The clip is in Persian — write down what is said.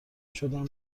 شدم